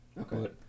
Okay